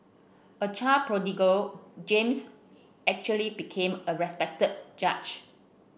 a child prodigy James eventually became a respected judge